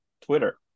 twitter